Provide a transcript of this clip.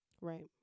Right